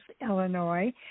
Illinois